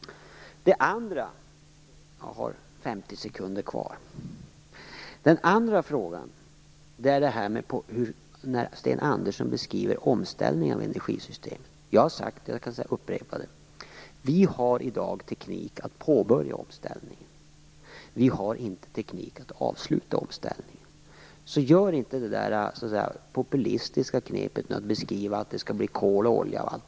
Den andra frågan gäller hur Sten Andersson beskriver omställningen av energisystemet. Jag har sagt, och jag kan upprepa det, att vi i dag har teknik att påbörja omställningen. Vi har inte teknik att avsluta omställningen. Använd inte det populistiska knepet att beskriva det som om det skall bli kol och olja av allt.